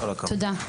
תודה,